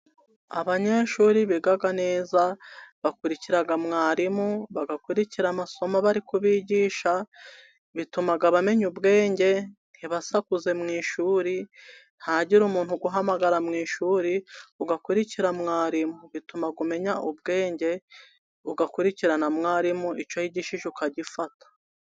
Abanyeshuri biga neza, bakurikira mwarimu bagakurikira amasomo bari kubigisha, bituma bamenya ubwenge ntibasakuze mu ishuri, ntihagire umuntu uguhamagara mu ishuri, ugakurikira mwarimu bituma umenya ubwenge ugakurikira na mwarimu, icyo yigisha ukagifata.